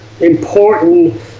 important